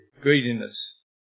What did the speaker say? greediness